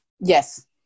yes